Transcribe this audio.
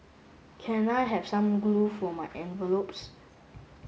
can I have some glue for my envelopes